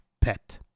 pet